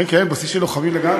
כן, כן, בסיס של לוחמים לגמרי.